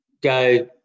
go